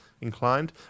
inclined